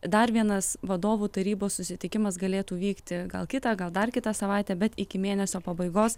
dar vienas vadovų tarybos susitikimas galėtų vykti gal kitą gal dar kitą savaitę bet iki mėnesio pabaigos